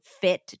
fit